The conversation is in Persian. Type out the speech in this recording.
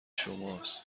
شماست